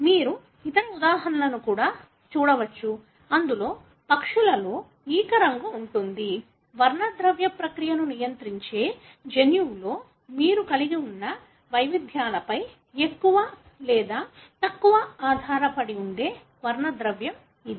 మీరు ఇతర ఉదాహరణలను కూడా చూడవచ్చు ఇందులో పక్షులలో ఈక రంగు ఉంటుంది వర్ణద్రవ్య ప్రక్రియను నియంత్రించే జన్యువులో మీరు కలిగి ఉన్న వైవిధ్యాల పై ఎక్కువ లేదా తక్కువ ఆధారపడి ఉండే వర్ణద్రవ్యం ఇది